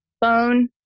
bone